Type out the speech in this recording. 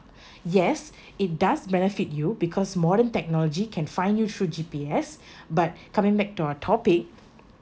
yes it does benefit you because modern technology can find you through G_P_S but coming back to our topic